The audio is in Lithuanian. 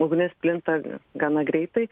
ugnis plinta gana greitai